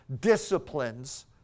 disciplines